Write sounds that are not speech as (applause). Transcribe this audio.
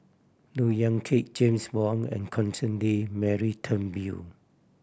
Look Yan Kit James Wong and (unintelligible) Mary Turnbull